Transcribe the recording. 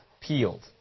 peeled